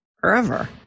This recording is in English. forever